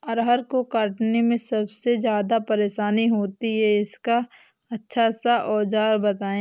अरहर को काटने में सबसे ज्यादा परेशानी होती है इसका अच्छा सा औजार बताएं?